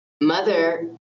Mother